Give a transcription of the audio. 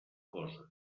coses